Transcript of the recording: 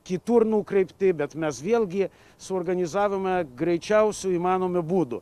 kitur nukreipti bet mes vėlgi suorganizavome greičiausiu įmanomu būdu